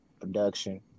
production